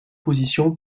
position